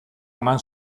eman